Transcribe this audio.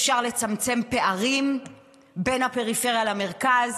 אפשר לצמצם פערים בין הפריפריה למרכז,